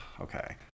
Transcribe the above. Okay